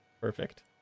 Perfect